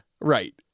Right